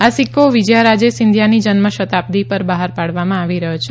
આ સિકકો વિજયારાજે સિંધિયાની જન્મશતાબ્દી પર બહાર પાડવામાં આવી રહયો છે